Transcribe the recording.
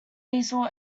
diesel